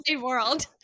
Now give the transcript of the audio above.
world